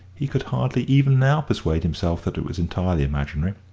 he could hardly even now persuade himself that it was entirely imaginary.